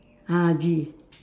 ah G